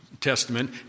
Testament